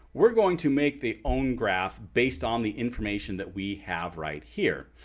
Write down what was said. we're going to make the own graph based on the information that we have right here.